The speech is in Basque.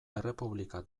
errepublika